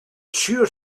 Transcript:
sure